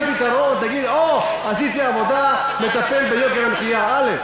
תגיד: או, עשיתי עבודה, מטפל ביוקר המחיה א'.